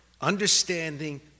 understanding